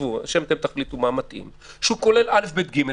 אתם תחליטו מה מתאים שהוא כולל א', ב', ג'.